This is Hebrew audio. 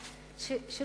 השר,